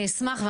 אני אשמח,